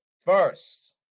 first